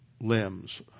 limbs